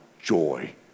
joy